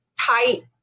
tight